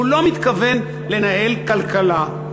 שהוא לא מתכוון לנהל כלכלה,